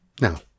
Now